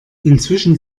inzwischen